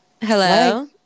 Hello